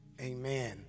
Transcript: Amen